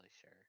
sure